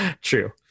True